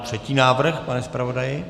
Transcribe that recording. Třetí návrh, pane zpravodaji.